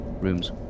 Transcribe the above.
Rooms